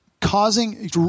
causing